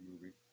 movie